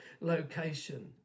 location